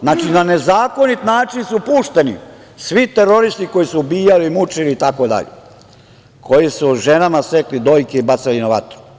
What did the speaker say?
Znači, na nezakonit način su pušteni svi teroristi koji su ubijali, mučili i tako dalje, koji su ženama sekli dojke i bacali na vatru.